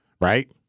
right